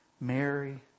Mary